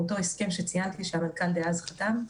במסגרת אותו הסכם שציינתי שהמנכ"ל דאז חתם עליו.